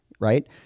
Right